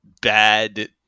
bad